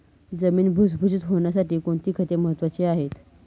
जमीन भुसभुशीत होण्यासाठी कोणती खते महत्वाची आहेत?